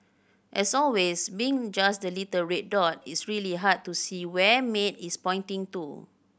as always being just the little red dot it's really hard to see where Maid is pointing to